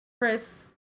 Chris